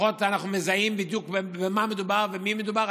לפחות אנחנו מזהים בדיוק במה מדובר, במי מדובר.